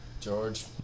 George